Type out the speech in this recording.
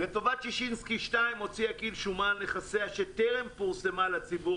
לטובת ששינסקי 2 הוציאה כי"ל שומה על נכסיה שטרם פורסמה לציבור,